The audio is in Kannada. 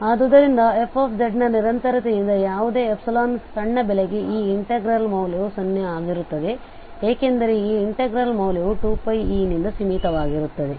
ಆದ್ದರಿಂದ f ನ ನಿರಂತರತೆಯಿಂದ ಯಾವುದೇ ಸಣ್ಣ ಬೆಲೆಗೆ ಈ ಇನ್ಟೆಗ್ರಲ್ ಮೌಲ್ಯವು 0 ಆಗಿರುತ್ತದೆ ಏಕೆಂದರೆ ಈ ಇನ್ಟೆಗ್ರಲ್ ಮೌಲ್ಯವು 2πϵ ನಿಂದ ಸೀಮಿತವಾಗಿರುತ್ತದೆ